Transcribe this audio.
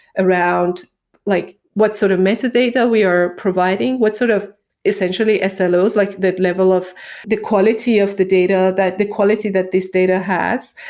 around like what sort of metadata we are providing. what sort of essentially ah siloes? like the level of the quality of the data, the quality that this data has.